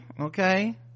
okay